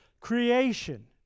Creation